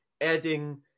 adding